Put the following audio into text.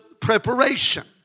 preparation